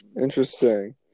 Interesting